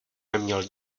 neměl